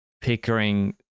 Pickering